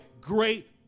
great